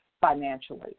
financially